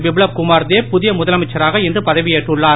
பிப்லப் குமார் தேப் புதிய முதலமைச்சராக இன்று பதவியேற்றுள்ளார்